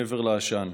מעבר לעשן.